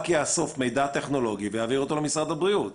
יאסוף מידע טכנולוגי ויעביר אותו למשרד הבריאות.